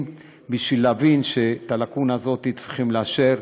בשביל להבין שאת הלקונה הזאת צריכים לסגור.